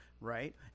Right